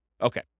Okay